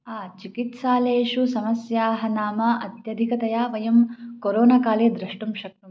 हा चिकित्सालयेषु समस्याः नाम अत्यधिकतया वयं कोरोना काले द्रष्टुं शक्नुमः